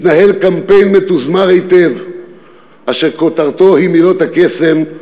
מתנהל קמפיין מתוזמר היטב אשר כותרתו היא מילות הקסם: